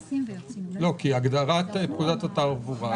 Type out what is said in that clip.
אני מזכיר לך דיונים שהתקיימו.